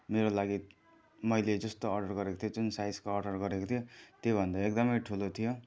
मेरो लागि मैले जस्तो अर्डर गरेको थिएँ जुन साइजको अर्डर गरेको थिएँ त्योभन्दा एकदमै ठुलो थियो